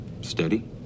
Steady